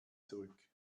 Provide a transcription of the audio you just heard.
zurück